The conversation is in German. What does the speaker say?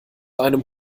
einem